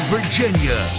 Virginia